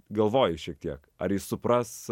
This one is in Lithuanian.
galvoju šiek tiek ar jį supras